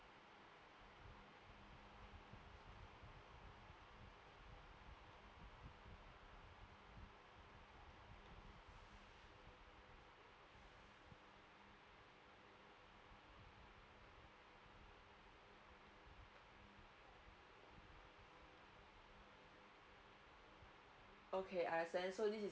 okay I understand so this is